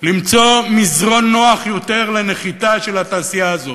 למצוא מזרן נוח יותר לנחיתה של התעשייה הזאת,